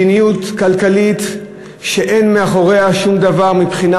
מדיניות כלכלית שאין מאחוריה שום דבר מבחינה